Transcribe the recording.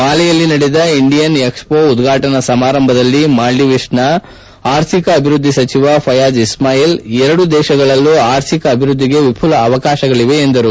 ಮಾಲೆಯಲ್ಲಿ ನಡೆದ Indian expo ಉದ್ಘಾಟನಾ ಸಮಾರಂಭದಲ್ಲಿ ಮಾಲ್ಡವೀಸ್ನ ಆರ್ಥಿಕ ಅಭಿವ್ವದ್ದಿ ಸಚಿವ ಫಯಾಜ್ ಇಸ್ಕಾಯಿಲ್ ಎರಡು ದೇಶಗಳಲ್ಲೂ ಆರ್ಥಿಕ ಅಭಿವ್ವದ್ದಿಗೆ ವಿಫುಲ ಅವಕಾಶಗಳಿವೆ ಎಂದರು